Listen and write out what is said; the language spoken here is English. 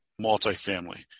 multifamily